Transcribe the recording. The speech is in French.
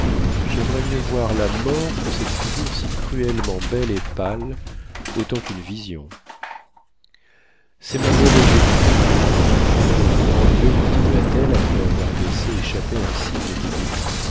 j'aimerais mieux voir la mort que cette figure si cruellement belle et pâle autant qu'une vision c'est mon mauvais génie madame de grandlieu continua-t-elle après avoir laissé échapper un signe de dépit